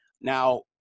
Now